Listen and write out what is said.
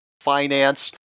finance